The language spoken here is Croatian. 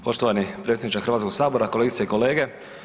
Poštovani predsjedniče Hrvatskog sabora, kolegice i kolege.